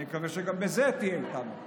אני מקווה שגם בזה תהיה איתנו.